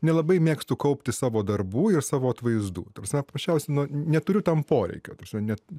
nelabai mėgstu kaupti savo darbų ir savo atvaizdų ta prasme paprasčiausia nu neturiu tam poreikio net